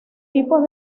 tipos